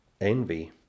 envy